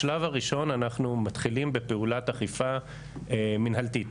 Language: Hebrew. בשלב הראשון אנחנו מתחילים בפעולת אכיפה מנהלתית.